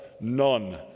none